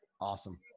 Awesome